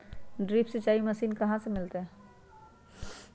Drip सिंचाई machine कहाँ से मिलतै?